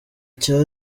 cya